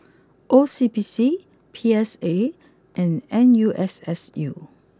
O C B C P S A and N U S S U